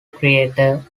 creator